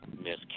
Miss